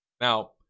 now